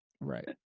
right